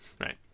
Right